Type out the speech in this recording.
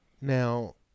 Now